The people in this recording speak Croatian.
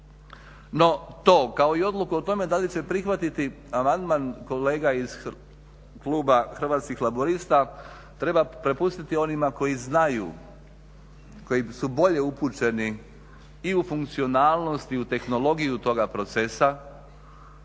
No to kao i odluku o tome da li će prihvatiti amandman kolega iz kluba Hrvatskih laburista treba prepustiti onima koji znaju, koji su bolje upućeni i u funkcionalnost i u tehnologiju toga procesa,